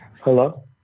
Hello